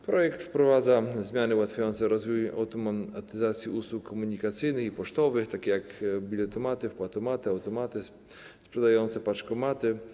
Projekt wprowadza zmiany ułatwiające rozwój automatyzacji usług komunikacyjnych i pocztowych, takich jak biletomaty, wpłatomaty, automaty sprzedające, paczkomaty.